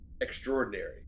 extraordinary